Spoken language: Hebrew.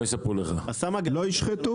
לא.